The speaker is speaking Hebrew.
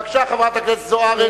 בבקשה, חברת הכנסת זוארץ.